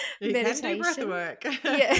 meditation